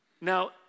Now